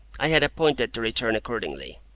i had appointed to return accordingly.